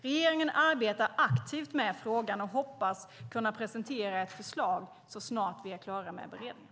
Regeringen arbetar aktivt med frågan och hoppas kunna presentera ett förslag så snart vi är klara med beredningen.